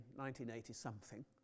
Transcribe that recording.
1980-something